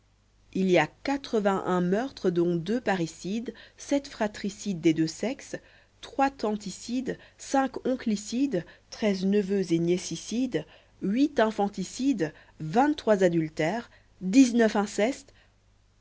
il y a quatre-vingt-un meurtres dont deux parricides sept fratricides des deux sexes trois tanticides cinq onclicides treize neveux ou niécicides huit infanticides vingt-trois adultères dix-neuf incestes